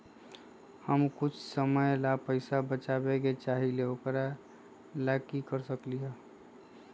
हम कुछ समय ला पैसा बचाबे के चाहईले ओकरा ला की कर सकली ह?